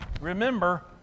Remember